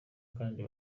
kandi